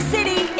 City